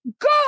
go